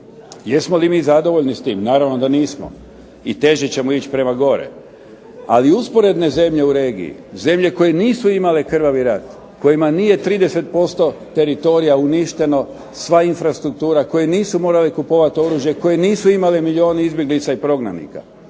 Jesmo li mi zadovoljni s tim? Naravno da nismo i težit ćemo ići prema gore. Ali usporedne zemlje u regiji, zemlje koje nisu imale krvavi rat, kojima nije 30% teritorija uništeno, sva infrastruktura, koji nisu morali kupovati oružje, koji nisu imali milijun izbjeglica i prognanika,